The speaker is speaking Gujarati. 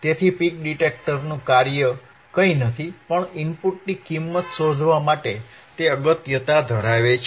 તેથી પીક ડિટેક્ટરનું કાર્ય કંઇ નથી પરંતુ ઇનપુટની કિંમત શોધવા માટે તે અગત્યતા ધરાવે છે